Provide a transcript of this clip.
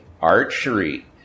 archery